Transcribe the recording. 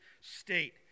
state